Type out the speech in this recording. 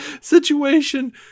situation